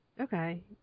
Okay